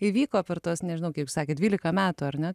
įvyko per tuos nežinau kaip sakėt dvylika metų ar ne